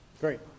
Great